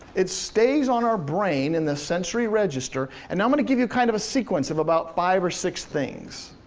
it stays on our brain in the sensory register, and i'm gonna give you kind of a sequence of about five or six things.